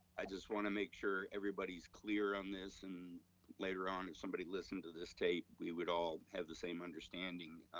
i just wanna make sure everybody's clear on this, and later on, if somebody listened to this tape, we would all have the same understanding.